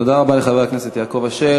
תודה רבה לחבר הכנסת יעקב אשר.